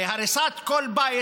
הרי הריסת כל בית,